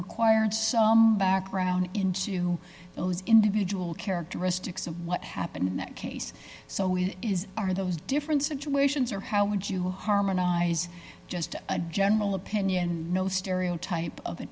required some background into those individual characteristics of what happened in that case so it is are those differences to asians or how would you harmonize just a general opinion no stereotype of a